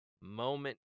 moment